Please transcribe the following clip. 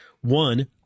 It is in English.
One